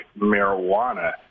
marijuana